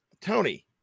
tony